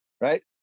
Right